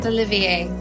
Olivier